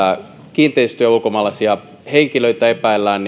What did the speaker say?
kiinteistöjä ja ulkomaalaisia henkilöitä epäillään